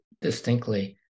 distinctly